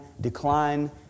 decline